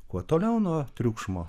kuo toliau nuo triukšmo